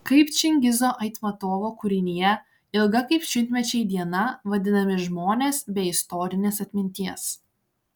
kaip čingizo aitmatovo kūrinyje ilga kaip šimtmečiai diena vadinami žmonės be istorinės atminties